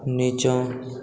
नीचाँ